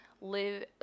live